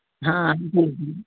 ਹਾਂਜੀ ਜੀ ਜੀ